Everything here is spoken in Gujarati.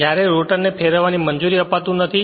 તેથી જ્યારે રોટરને ફેરવવાની મંજૂરી આપતું નથી